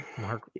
Mark